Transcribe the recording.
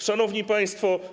Szanowni Państwo!